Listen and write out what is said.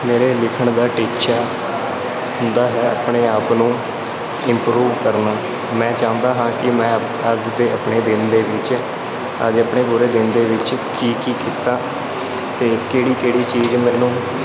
ਮੇਰੇ ਲਿਖਣ ਦਾ ਟੀਚਾ ਹੁੰਦਾ ਹੈ ਆਪਣੇ ਆਪ ਨੂੰ ਇੰਪਰੂਵ ਕਰਨਾ ਮੈਂ ਚਾਹੁੰਦਾ ਹਾਂ ਕਿ ਮੈਂ ਅੱਜ ਦੇ ਆਪਣੇ ਦਿਨ ਦੇ ਵਿੱਚ ਅੱਜ ਆਪਣੇ ਪੂਰੇ ਦਿਨ ਦੇ ਵਿੱਚ ਕੀ ਕੀ ਕੀਤਾ ਅਤੇ ਕਿਹੜੀ ਕਿਹੜੀ ਚੀਜ਼ ਮੈਨੂੰ